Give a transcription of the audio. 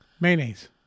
Mayonnaise